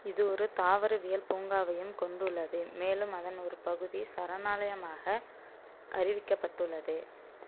இது ஒரு தாவரவியல் பூங்காவையும் கொண்டுள்ளது மேலும் அதன் ஒரு பகுதி சரணாலயமாக அறிவிக்கப்பட்டுள்ளது